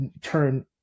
turn